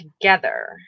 together